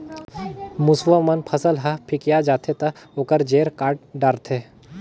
मूसवा मन फसल ह फिकिया जाथे त ओखर जेर काट डारथे